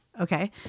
Okay